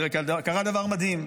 תראה, קרה דבר מדהים.